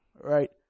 right